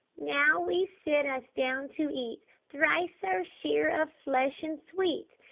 now we sit us down to eat thrice our share of flesh and sweet.